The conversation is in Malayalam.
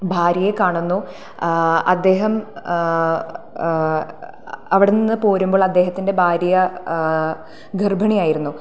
ഭാര്യയെ കാണുന്നു അദ്ദേഹം അവിടുന്ന് പോരുമ്പോൾ അദ്ദേഹത്തിൻ്റെ ഭാര്യ ഗർഭിണി ആയിരുന്നു